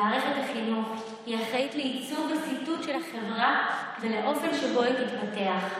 מערכת החינוך היא האחראית לעיצוב וסיתות של החברה ולאופן שבו היא תתפתח.